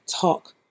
talk